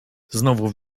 znów